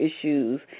issues